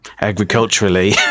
agriculturally